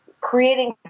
creating